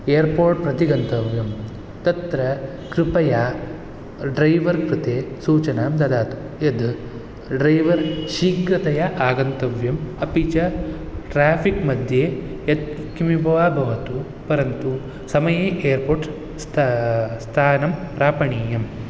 airport प्रति गन्तव्यं तत्र कृपया ड्रैवर् कृते सूचनां ददातु यद् ड्रैवर् शीघ्रतया आगन्तव्यम् अपि च ट्राफिक् मध्ये यत्किमपि वा भवतु परन्तु एर्पोर्ट् स्ता स्थानं प्रापणीयं